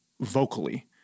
vocally